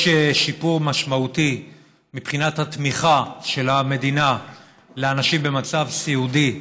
יש שיפור משמעותי מבחינת התמיכה של המדינה באנשים במצב סיעודי,